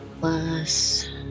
Plus